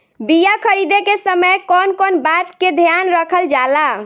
बीया खरीदे के समय कौन कौन बात के ध्यान रखल जाला?